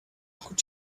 could